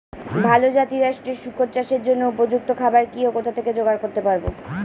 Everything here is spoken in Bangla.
ভালো জাতিরাষ্ট্রের শুকর চাষের জন্য উপযুক্ত খাবার কি ও কোথা থেকে জোগাড় করতে পারব?